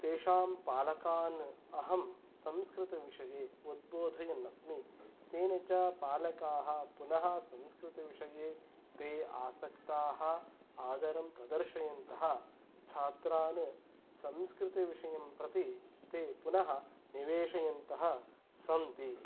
तेषां पालकान् अहं संस्कृतविषये उद्बोधयन् अस्मि तेन च पालकाः पुनः संस्कृतविषये ते आसक्ताः आदरं प्रदर्शयन्तः छात्रान् संस्कृतविषयं प्रति ते पुनः निवेषयन्तः सन्ति